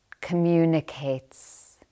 communicates